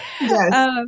Yes